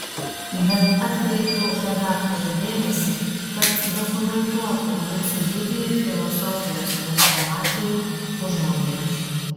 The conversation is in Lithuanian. bet atkreipiau redaktorių dėmesį kad dokumentuotų jūsų didįjį filosofijos chrestomatijų užmojį